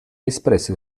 espresso